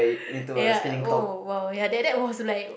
ya oh [wah] ya that that was like